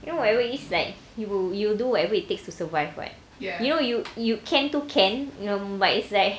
you know whatever it is like you wi~ you will do whatever it takes to survive [what] you know you you can tu can you know but it's like